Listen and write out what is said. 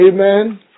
Amen